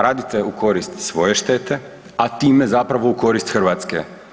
Radite u korist svoje štete, a time zapravo u korist Hrvatske.